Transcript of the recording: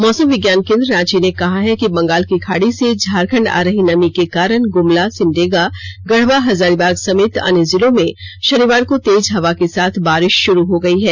मौसम विज्ञान केंद्र रांची ने कहा है कि बंगाल की खाड़ी से झारखंड आ रही नमी के कारण गुमला सिमडेगा गढ़वा हजारीबाग समेत अन्य जिलों में शनिवार को तेज हवा के साथ बारिश शुरू हो गई है